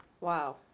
Wow